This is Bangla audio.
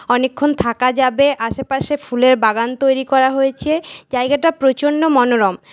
অনেকক্ষণ থাকা যাবে আশেপাশে ফুলের বাগান তৈরি করা হয়েছে জায়গাটা প্রচণ্ড মনোরম